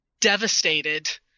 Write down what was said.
devastated